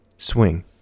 Swing